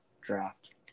draft